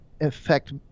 affect